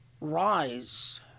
rise